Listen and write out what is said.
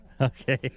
okay